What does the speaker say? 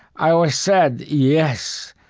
i was sad, yes.